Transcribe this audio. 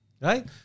right